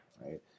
right